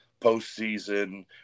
postseason